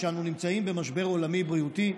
כשאנו נמצאים במשבר בריאותי עולמי,